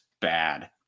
bad